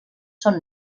son